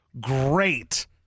great